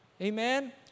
Amen